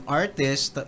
artist